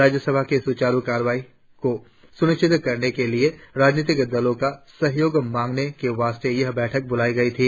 राज्यसभा की सुचारु कार्यवाही को सुनिश्चित करने के लिए राजनीतिक दलों का सहयोग मांगने के वास्ते यह बैठक बुलाई गई थी